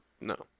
No